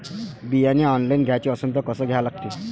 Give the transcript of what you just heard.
बियाने ऑनलाइन घ्याचे असन त कसं घ्या लागते?